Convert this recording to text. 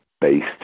based